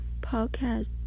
Podcast